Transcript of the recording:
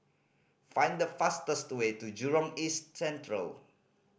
find the fastest way to Jurong East Central